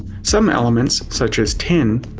some elements, such as tin,